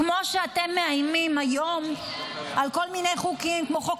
כמו שאתם מאיימים היום בכל מיני חוקים כמו חוק